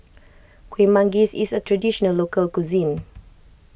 Kueh Manggis is a Traditional Local Cuisine